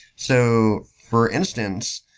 so for instance,